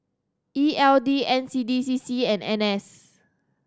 E L D N C D C C and N S